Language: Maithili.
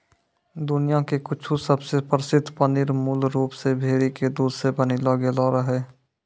दुनिया के कुछु सबसे प्रसिद्ध पनीर मूल रूप से भेड़ी के दूध से बनैलो गेलो रहै